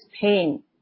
pain